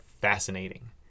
fascinating